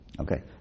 Okay